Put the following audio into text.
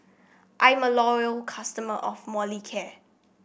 I'm a loyal customer of Molicare